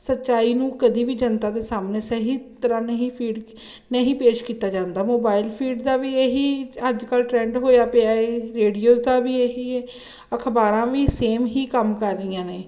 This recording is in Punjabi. ਸੱਚਾਈ ਨੂੰ ਕਦੀ ਵੀ ਜਨਤਾ ਦੇ ਸਾਹਮਣੇ ਸਹੀ ਤਰ੍ਹਾਂ ਨਹੀਂ ਫੀਡ ਨਹੀਂ ਪੇਸ਼ ਕੀਤਾ ਜਾਂਦਾ ਮੋਬਾਇਲ ਫੀਡ ਦਾ ਵੀ ਇਹ ਹੀ ਅੱਜ ਕੱਲ੍ਹ ਟਰੈਂਡ ਹੋਇਆ ਪਿਆ ਹੈ ਰੇਡੀਓ ਦਾ ਵੀ ਇਹ ਹੀ ਹੈ ਅਖ਼ਬਾਰਾਂ ਵੀ ਸੇਮ ਹੀ ਕੰਮ ਕਰ ਰਹੀਆਂ ਨੇ